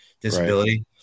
disability